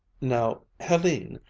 now, helene,